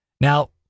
Now